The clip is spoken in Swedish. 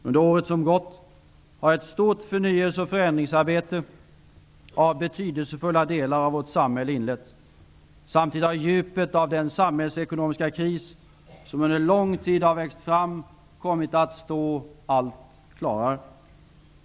Under året som gått har ett stort förnyelse och förändringsarbete av betydelsefulla delar av vårt samhälle inletts. Samtidigt har djupet av den samhällsekonomiska kris som under lång tid växt fram kommit att stå allt klarare.